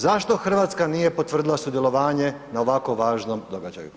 Zašto Hrvatska nije potvrdila sudjelovanje na ovako važnom događaju?